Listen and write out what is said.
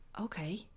okay